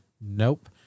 Nope